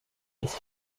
des